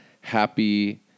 happy